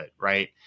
right